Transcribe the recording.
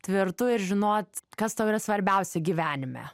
tvirtu ir žinot kas tau yra svarbiausia gyvenime